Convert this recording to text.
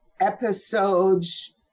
episodes